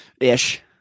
ish